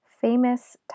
famous